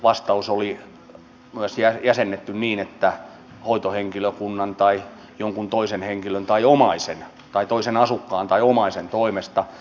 vastaus oli myös jäsennetty niin että hoitohenkilökunnan tai jonkun toisen asukkaan tai omaisen toimesta